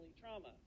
trauma